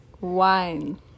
Wine